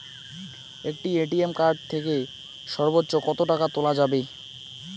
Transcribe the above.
একটি ATM card থেকে সর্বোচ্চ কত টাকা তোলা যাবে?